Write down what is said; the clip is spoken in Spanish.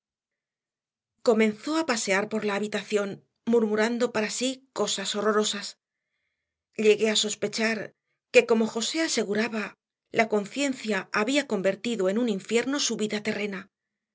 comenzó a pasear por la habitación murmurando para sí cosas horrorosas llegué a sospechar que como josé aseguraba la conciencia había convertido en un infierno su vida terrena